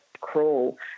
cruel